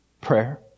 prayer